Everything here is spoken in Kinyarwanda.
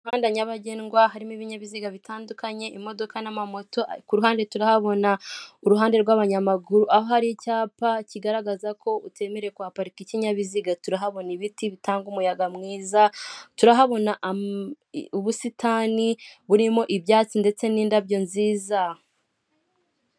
Mu muhanda nyabagendwa, harimo ibinyabiziga bitandukanye, imodoka n'amamoto, ari kuruhande turahabona uruhande rw'abanyamaguru aho hari icyapa kigaragaza ko utemerewe kuhaparika ikinyabiziga, turahabona ibiti bitanga umuyaga mwiza, turahabona amuu ubusitani burimo ibyatsi ndetse n'indabyo nziza.